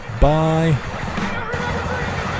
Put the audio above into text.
Bye